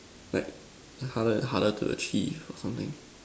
but harder harder to achieve or something